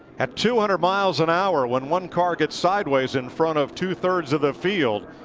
at two hundred miles an hour when one car gets sideways in front of two-thirds of the field,